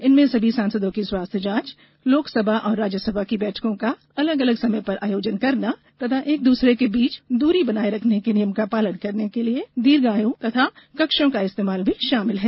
इनमें सभी सांसदों की स्वास्थ्य जांच लोकसभा और राज्यसभा की बैठकों का अलग अलग समय पर आयोजन करना तथा एक दूसरे के बीच दूरी बनाए रखने के नियम का पालन करने के लिए दीर्घाओं तथा कक्षों का इस्तेमाल भी शामिल हैं